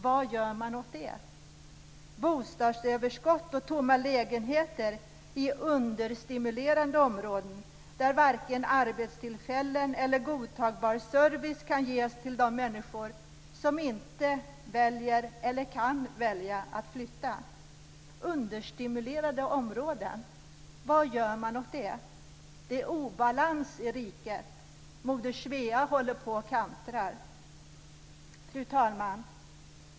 Vi har bostadsöverskott och tomma lägenheter i understimulerade områden där varken arbetstillfällen eller godtagbar service kan ges till de människor som inte väljer eller kan välja att flytta. Understimulerade områden - vad gör man åt dem? Det är obalans i riket. Moder Svea håller på att kantra. Fru talman!